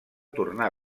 tornar